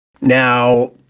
now